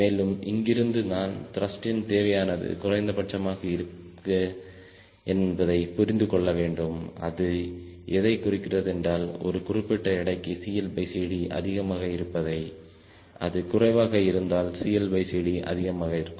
மேலும் இங்கிருந்து நான் த்ருஷ்டின் தேவையானது குறைந்தபட்சமாக இருக்கு என்பதை புரிந்து கொள்ள வேண்டும்அது எதை குறிக்கிறது என்றால் ஒரு குறிப்பிட்ட எடைக்கு CLCDஅதிகமாக இருப்பதை அது குறைவாக இருந்தால் CLCD அதிகமாக இருக்கும்